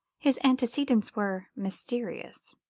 his antecedents were mysterious